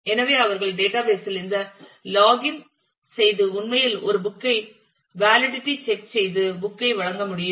எனவே அவர்கள் டேட்டாபேஸ் இல் இந்த லாக் இன் செய்து உண்மையில் ஒரு புக் ஐ வேலிடிட்டி செக் செய்து புக் ஐ வழங்க முடியும்